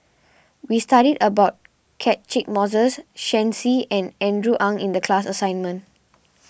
we studied about Catchick Moses Shen Xi and Andrew Ang in the class assignment